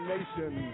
Nation